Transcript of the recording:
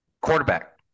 quarterback